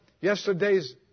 Yesterday's